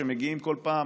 שמגיעים כל פעם